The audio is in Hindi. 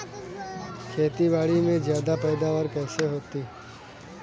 खेतीबाड़ी में ज्यादा पैदावार कैसे होती है?